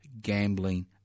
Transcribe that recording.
gambling